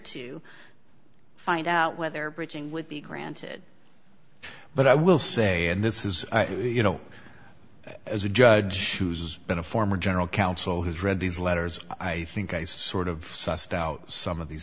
to find out whether bridging would be granted but i will say and this is you know as a judge who's been a former general counsel has read these letters i think i sort of sussed out some of these